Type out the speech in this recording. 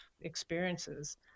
experiences